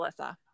Alyssa